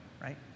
right